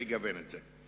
לגוון את זה.